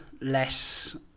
less